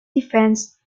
defense